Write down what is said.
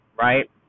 right